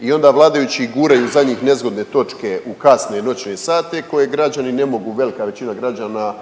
I onda vladajući guraju za njih nezgodne točke u kasne noćne sate koje građani ne mogu, velika većina građana